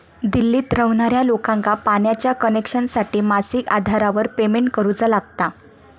दिल्लीत रव्हणार्या लोकांका पाण्याच्या कनेक्शनसाठी मासिक आधारावर पेमेंट करुचा लागता